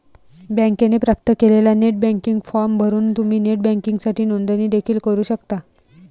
बँकेने प्राप्त केलेला नेट बँकिंग फॉर्म भरून तुम्ही नेट बँकिंगसाठी नोंदणी देखील करू शकता